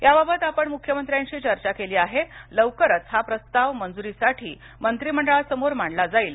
याबाबत आपण मुख्यमंत्र्यांशी चर्चा केली आहे लवकरच हा प्रस्ताव मंजुरीसाठी मंत्रिमंडळासमोर मांडला जाईल